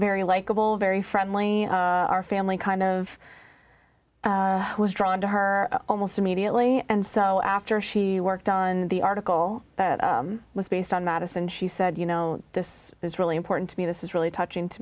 very likable very friendly our family kind of was drawn to her almost immediately and so after she worked on the article that was based on madison she said you know this is really important to me this is really touching to